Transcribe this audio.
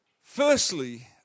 firstly